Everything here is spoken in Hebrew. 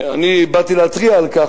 אני באתי להתריע על כך,